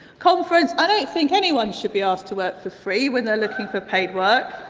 conference, i don't think anyone should be asked to work for free, when they're looking for paid work.